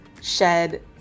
shed